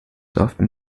often